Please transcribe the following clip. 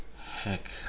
Heck